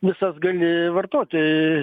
visas gali vartoti